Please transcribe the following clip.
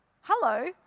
Hello